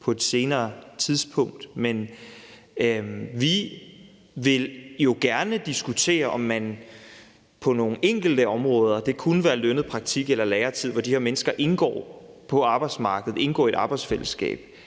på et senere tidspunkt. Vi vil jo gerne diskutere, om man på nogle enkelte områder – det kunne være lønnet praktik eller læretid, hvor de her mennesker indgår på arbejdsmarkedet og indgår i et arbejdsfællesskab